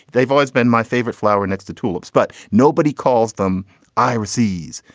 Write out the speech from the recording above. they've always been my favorite flower next to tulips, but nobody calls them iris sees.